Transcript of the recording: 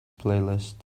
playlist